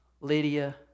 Lydia